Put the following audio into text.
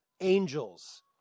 angels